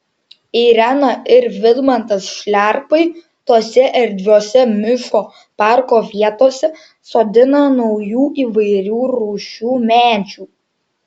irena ir vidmantas šliarpai tose erdviose miško parko vietose sodina naujų įvairių rūšių medžių